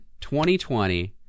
2020